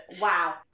Wow